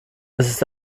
ist